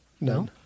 No